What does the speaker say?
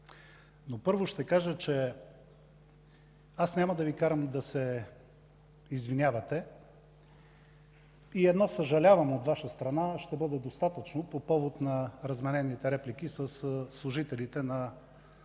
Първо ще кажа, че няма да Ви карам да се извинявате. И едно „съжалявам” от Ваша страна ще бъде достатъчно по повод разменените реплики със служителите, в случая